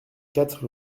quatre